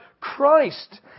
Christ